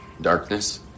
darkness